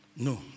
No